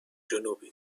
جنوبی